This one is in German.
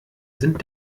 sind